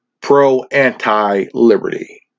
pro-anti-liberty